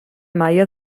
maia